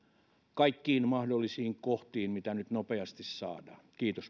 kaikkiin mahdollisiin kohtiin mitä nyt nopeasti saadaan